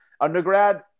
undergrad